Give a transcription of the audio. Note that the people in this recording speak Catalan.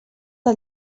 del